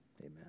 Amen